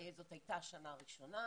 זאת הייתה שנה ראשונה,